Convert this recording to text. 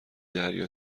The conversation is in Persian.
دریا